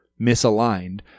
misaligned